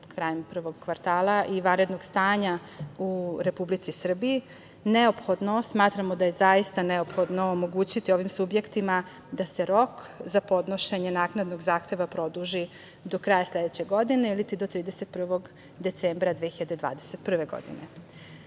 krajem prvog kvartala i vanrednog stanja u Republici Srbiji, neophodno, smatramo da je zaista neophodno omogućiti ovim subjektima da se rok za podnošenje naknadnog zahteva produži do kraja sledeće godine ili do 31. decembra 2021. godine. Dakle,